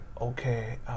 Okay